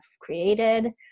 created